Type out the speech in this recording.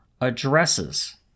addresses